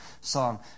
song